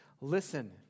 Listen